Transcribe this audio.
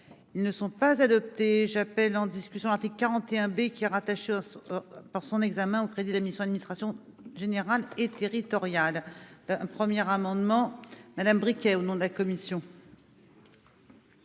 ils ne sont pas adoptés j'appelle en discussion avec 41 B qui rattache par son examen au crédit de la mission Administration générale et territoriale d'un premier amendement Madame Briquet, au nom de la commission.